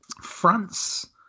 France